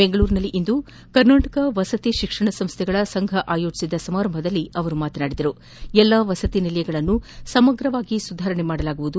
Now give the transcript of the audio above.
ಬೆಂಗಳೂರಿನಲ್ಲಿಂದು ಕರ್ನಾಟಕ ವಸತಿ ಶಿಕ್ಷಣ ಸಂಸ್ಥೆಗಳ ಸಂಘ ಆಯೋಜಿಸಿದ್ದ ಸಮಾರಂಭದಲ್ಲಿ ಮಾತನಾಡಿದ ಅವರು ಎಲ್ಲ ವಸತಿ ನಿಲಯಗಳನ್ನು ಸಮಗ್ರವಾಗಿ ಸುಧಾರಣೆ ಮಾಡಲಾಗುವುದು